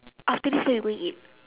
after this where we going eat